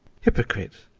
hypocrite,